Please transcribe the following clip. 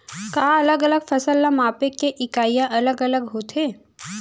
का अलग अलग फसल ला मापे के इकाइयां अलग अलग होथे?